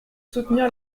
soutenir